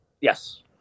Yes